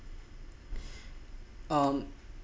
um